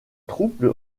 troupes